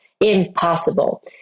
Impossible